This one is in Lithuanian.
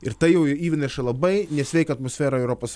ir tai jau įneša labai nesveiką atmosferą į europos